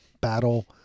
battle